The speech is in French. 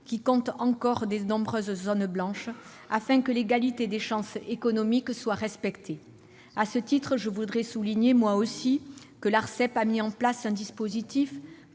qui comptent encore de nombreuses zones blanches, afin que l'égalité des chances économiques soit respectée. À ce titre, je veux souligner que l'Arcep a mis en place un dispositif